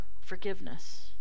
forgiveness